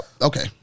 okay